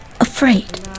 afraid